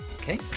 Okay